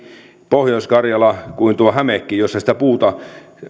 pohjois karjala kuin tuo hämekin